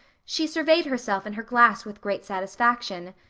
she surveyed herself in her glass with great satisfaction.